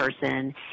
person